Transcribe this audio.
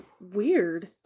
Weird